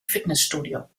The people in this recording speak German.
fitnessstudio